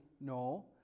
No